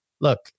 look